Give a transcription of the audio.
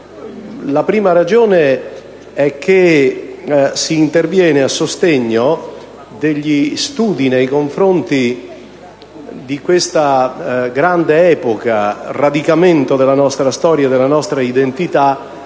La prima ragione è che si interviene a sostegno degli studi relativi ad una grande epoca di radicamento della nostra storia e della nostra identità,